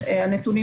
הנתונים